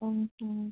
ఆహా